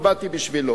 הצבעתי בשבילו.